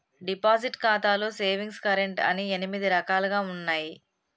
deposit ఖాతాలో savings current అని ఎనిమిది రకాలుగా ఉన్నయి